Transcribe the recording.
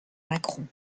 macron